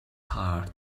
heart